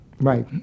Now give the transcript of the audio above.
Right